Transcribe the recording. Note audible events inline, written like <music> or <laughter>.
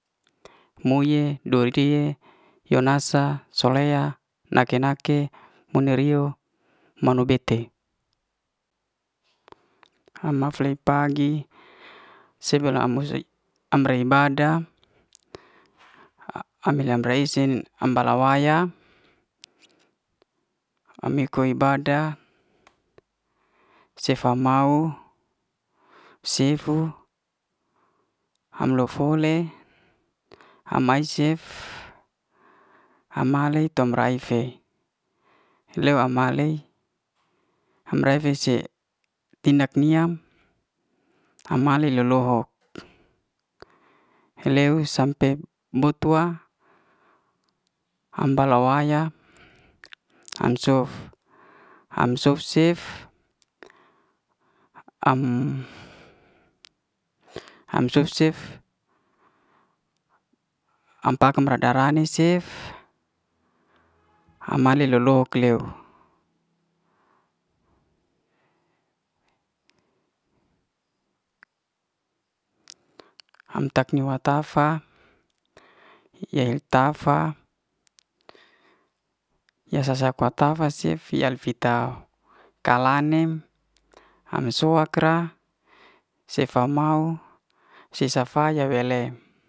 Moi'ye do tie yo. nasa. soleha, nake nake, muni'rio, manu'bete ama fle pagi se bela sei am bre ibada <hesitation> am bre'se am bala waya am ikoi ibadah se fa mau sifu am lo'fole am mae cef am male tom'raife leo am male am ra fe se pindak miam am male lo'lohok heleu sampe boutua am bala waya am sof am sof cef am sof cef am paka bra'da rani cef am male lo'lohok leu am tak niuw la tafa ye el tafa ya sa- sa fatafa cef yal fita kala nem am soak'ra sefa mau se sa faya we le.